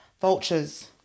vultures